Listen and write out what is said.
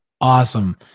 Awesome